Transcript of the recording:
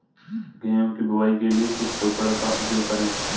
गेहूँ की बुवाई के लिए किस उपकरण का उपयोग करें?